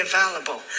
available